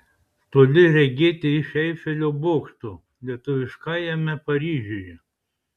toli regėti iš eifelio bokšto lietuviškajame paryžiuje